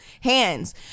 hands